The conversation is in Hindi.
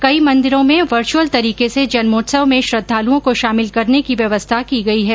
कई मंदिरों में वर्च्यअल तरीके से जन्मोत्सव में श्रद्धालूओं को शामिल करने की व्यवस्था की गई है